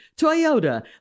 Toyota